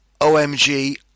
OMG